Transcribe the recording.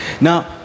Now